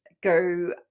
go